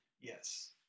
Yes